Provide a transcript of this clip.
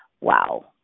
Wow